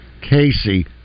Casey